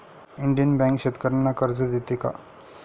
Indian Bank शेतकर्यांना कर्ज देते का?